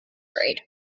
grade